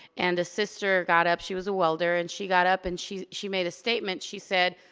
and a sister got up, she was a welder. and she got up and she she made a statement. she said,